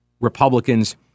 Republicans